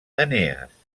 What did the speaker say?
enees